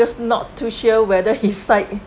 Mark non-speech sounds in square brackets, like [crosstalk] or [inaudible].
~cause not too sure whether [laughs] his side